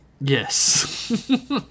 Yes